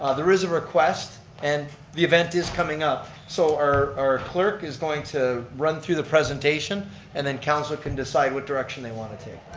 ah there is a request and the event is coming up. and so our our clerk is going to run through the presentation and then council can decide what direction they want to take.